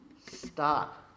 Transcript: Stop